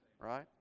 right